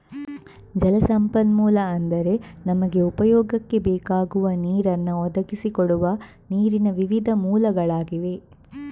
ಜಲ ಸಂಪನ್ಮೂಲ ಅಂದ್ರೆ ನಮಗೆ ಉಪಯೋಗಕ್ಕೆ ಬೇಕಾಗುವ ನೀರನ್ನ ಒದಗಿಸಿ ಕೊಡುವ ನೀರಿನ ವಿವಿಧ ಮೂಲಗಳಾಗಿವೆ